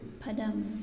padam